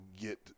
get